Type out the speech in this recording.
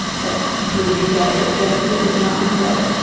that proved that it definitely was not my brother.